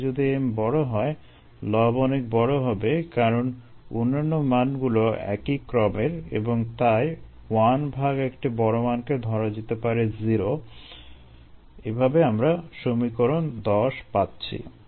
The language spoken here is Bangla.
কিন্তু যদি m বড় হয় লব অনেক বড় হবে কারণ অন্যান্য মানগুলো একই ক্রমের এবং তাই 1 ভাগ একটি বড় মানকে ধরা যেতে পারে 0 এভাবে আমরা সমীকরণ 10 পাচ্ছি